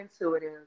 intuitive